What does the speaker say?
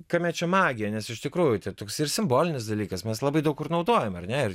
kame čia magija nes iš tikrųjų toks ir simbolinis dalykas mes labai daug kur naudojam ar ne ir